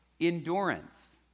endurance